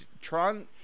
Tron